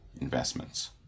investments